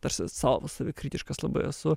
tarsi sau savikritiškas labai esu